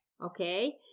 okay